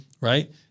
right